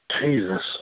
Jesus